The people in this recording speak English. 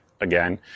again